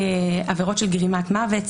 עבירות של גרימת מוות,